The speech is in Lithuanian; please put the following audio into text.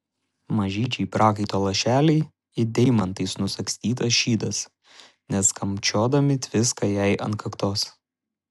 mažyčiai prakaito lašeliai it deimantais nusagstytas šydas net skambčiodami tviska jai ant kaktos